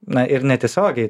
na ir netiesiogiai